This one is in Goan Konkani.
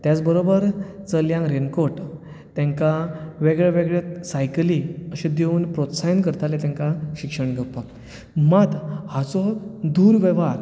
तेच बरोबर चलयांक रेनकॉट तेंका वेगळ्यो वेगळ्यो सायकली अशे दिवन प्रोत्साहन करताले तेंकां शिक्षण घेवपाक मात हाचो दूरवेव्हार